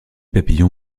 papillon